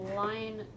line